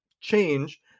change